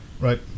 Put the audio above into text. Right